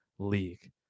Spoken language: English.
League